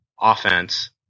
offense